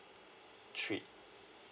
trip